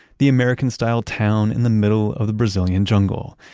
the american-style town in the middle of the brazilian jungle,